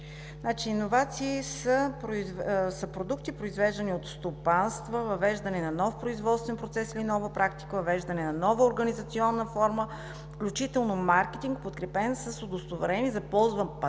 иновация. Иновации са продукти, произвеждани от стопанства, въвеждане на нов производствен процес или нова практика, въвеждане на нова организационна форма, включително маркетинг, подкрепен с удостоверение за ползван патент